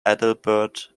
adalbert